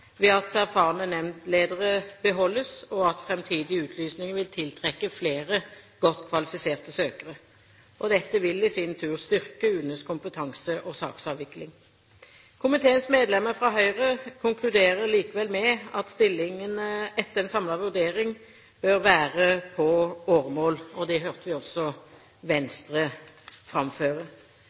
erfarne nemndledere beholdes, og at framtidige utlysninger vil tiltrekke flere godt kvalifiserte søkere. Dette vil i sin tur styrke UNEs kompetanse og saksavvikling. Komiteens medlemmer fra Høyre konkluderer likevel med at stillingene etter en samlet vurdering bør være på åremål, og det hørte vi også Venstre framføre.